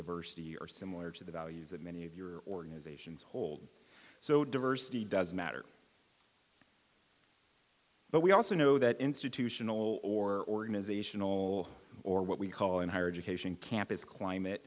diversity are similar to the values that many of your organizations hold so diversity does matter but we also know that institutional or organizational or what we call in higher education campus climate